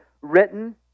written